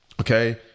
okay